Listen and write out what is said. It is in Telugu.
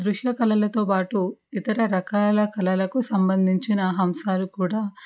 దృశ్య కళలతో పాటు ఇతర రకాయల కళలకు సంబంధించిన అంశాలు కూడా